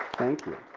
thank you.